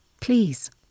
Please